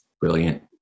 Brilliant